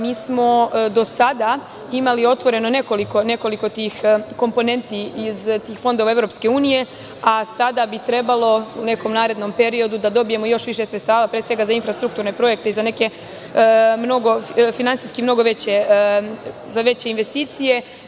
Mi smo do sada imali otvoreno nekoliko tih komponenti iz fondova EU, a sada bi trebalo u nekom narednom periodu da dobijemo još više sredstava, pre svega za infrastrukturne projekte i za neke finansijski mnogo veće investicije.